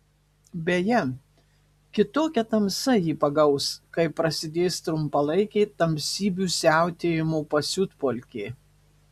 beje kitokia tamsa jį pagaus kai prasidės trumpalaikė tamsybių siautėjimo pasiutpolkė